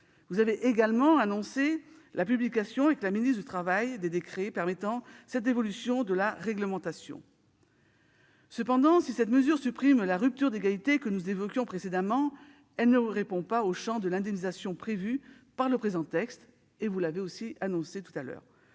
Vous avez également annoncé la publication, avec la ministre du travail, des décrets permettant cette évolution de la réglementation. Cependant, si cette mesure supprime la rupture d'égalité que nous évoquions précédemment, elle ne répond pas au champ de l'indemnisation prévue par le présent texte. En effet, comme l'a présenté notre